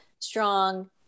strong